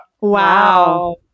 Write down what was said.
Wow